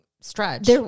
stretch